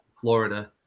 Florida